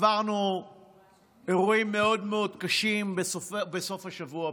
עברנו אירועים מאוד מאוד קשים בסוף השבוע,